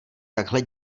takhle